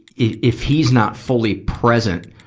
if, if he's not fully present,